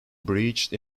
breached